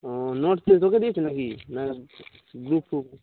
ও note কি তোকে দিয়েছে নাকি না গ্রুপ ফুপ